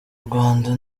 rwanda